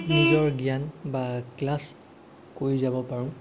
নিজৰ জ্ঞান বা ক্লাছ কৰি যাব পাৰোঁ